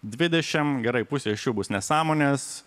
dvidešimt gerai pusė iš jų bus nesąmonės